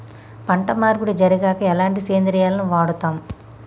పంట మార్పిడి జరిగాక ఎలాంటి సేంద్రియాలను వాడుతం?